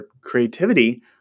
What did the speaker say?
creativity